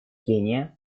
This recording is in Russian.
кения